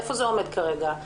איפה זה עומד כרגע?